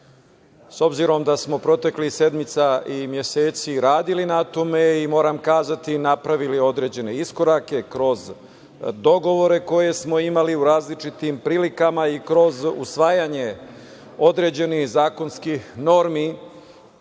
s obzirom da smo proteklih sedmica i meseci radili na tome i moram kazati napravili određene iskorake kroz dogovore koje smo imali u različitim prilikama i kroz usvajanje određenih zakonskih normi